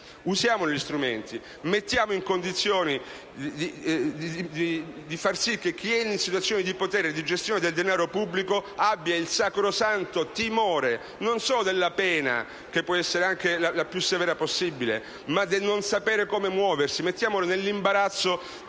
usiamo questi strumenti che sono efficaci. Facciamo in modo che chi è in situazioni di potere e di gestione del denaro pubblico abbia il sacrosanto timore non solo della pena, che può essere la più severa possibile, ma di non sapere come muoversi. Mettiamolo nell'imbarazzo